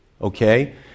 okay